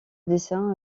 dessin